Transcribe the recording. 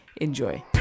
enjoy